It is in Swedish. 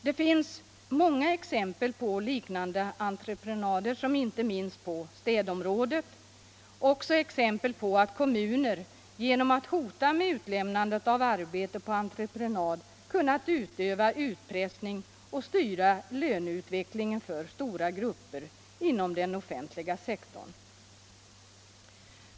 Det finns många exempel på liknande entreprenader, inte minst på städområdet, och också exempel på att kommuner genom att hota med utlämnande av arbete på entreprenad kunnat utöva utpressning och styra löneutvecklingen för stora grupper inom den offentliga sektorn.